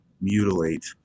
mutilate